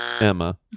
Emma